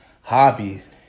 hobbies